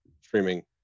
streaming